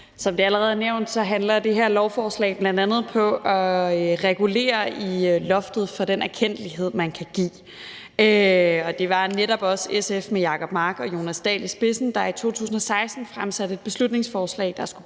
Som det allerede er blevet nævnt, handler det her lovforslag bl.a. om at regulere loftet for den erkendtlighed, virksomheder kan give i forbindelse med praktik. Det var netop også SF med Jacob Mark og Jonas Dahl i spidsen, der i 2016 fremsatte et beslutningsforslag, der skulle gøre